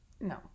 No